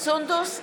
סונדוס סאלח,